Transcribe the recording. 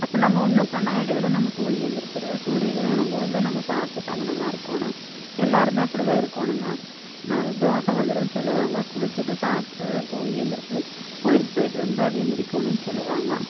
அப்போ நம்ம ஒன்னும் பண்ண வேண்டியது இல்லை நம்ம தூங்கி எழுந்திருச்சிருவோம் சூரிய கிரகணம் போது தான் நம்ம பார்த்து பதனமா இருக்கணும் எல்லாரும் அப்படி தான் இருக்கணுங்க தோஷம் வந்துடும்னு சொல்லுவாங்க குளித்துட்டு சாப்பிட்டு தூங்கி எழுந்துருச்சி கோயிலுக்கு போயிட்டு வந்து தான் அதையும் முடிக்கணும்னு சொல்லுவாங்க